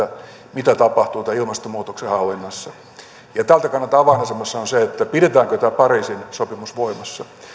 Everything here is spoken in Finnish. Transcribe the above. mitä tapahtuu tämän ilmastonmuutoksen hallinnassa ja tältä kannalta avainasemassa on se pidetäänkö tämä pariisin sopimus voimassa